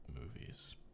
movies